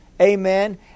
Amen